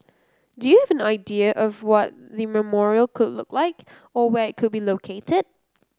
do you have an idea of what the memorial could look like or where it could be located